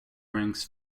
ranks